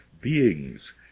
beings